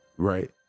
Right